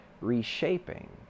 reshaping